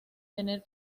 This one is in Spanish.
tener